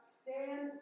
stand